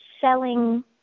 selling